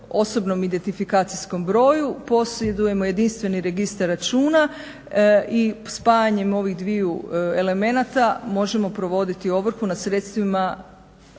osobnom identifikacijskom broju, posjedujemo jedinstveni registar računa i spajanjem ovih dviju elemenata možemo provoditi ovrhu na sredstvima